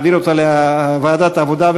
לדיון מוקדם בוועדת העבודה,